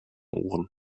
ohren